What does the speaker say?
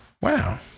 wow